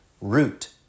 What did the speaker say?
root